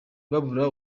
babura